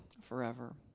forever